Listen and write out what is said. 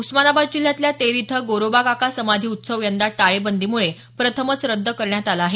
उस्मानाबाद जिल्ह्यातल्या तेर इथं गोरोबा काका समाधी उत्सव यंदा टाळेबंदीमुळे प्रथमच रद्द करण्यात आला आहे